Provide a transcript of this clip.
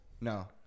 No